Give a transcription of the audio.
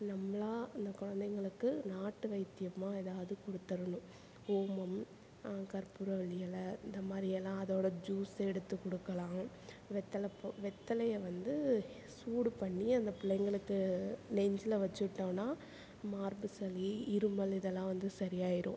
நம்மளே அந்த குழந்தைங்களுக்கு நாட்டு வைத்தியமாக ஏதாவது கொடுத்துரணும் ஓமம் கற்பூரவள்ளி எலை இந்த மாதிரி எல்லாம் அதோட ஜூஸ் எடுத்து கொடுக்கலாம் வெற்றில வெற்றிலைய வந்து சூடு பண்ணி அந்த பிள்ளைங்களுக்கு நெஞ்சில் வெச்சு விட்டோம்னா மார்புசளி இருமல் இதெல்லாம் வந்து சரியாகிரும்